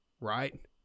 right